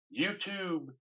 YouTube